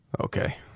Okay